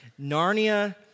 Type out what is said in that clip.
Narnia